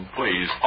please